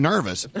nervous